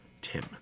Tim